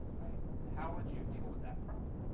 how would you deal with that problem?